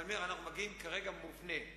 ואומר, אנחנו מגיעים כרגע באופן מובנה,